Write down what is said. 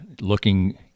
looking